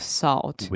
salt